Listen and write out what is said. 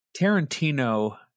Tarantino